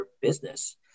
business